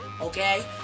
Okay